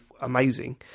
amazing